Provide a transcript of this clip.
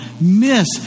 miss